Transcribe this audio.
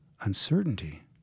uncertainty